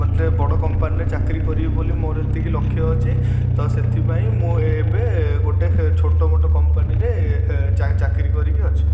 ମାନେ ବଡ଼ କମ୍ପାନୀରେ ଚାକିରୀ କରିବି ବୋଲି ମୋର ଏତିକି ଲକ୍ଷ୍ୟ ଅଛି ତ ସେଥିପାଇଁ ମୁଁ ଏବେ ଗୋଟେ ଛୋଟ ମୋଟ କମ୍ପାନୀରେ ଚାକିରୀ କରିକି ଅଛି